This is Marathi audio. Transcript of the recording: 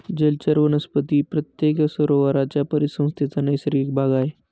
जलचर वनस्पती प्रत्येक सरोवराच्या परिसंस्थेचा नैसर्गिक भाग आहेत